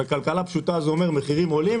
בכלכלה פשוטה זה אומר שהמחירים עולים.